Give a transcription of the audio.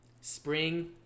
Spring